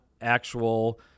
actual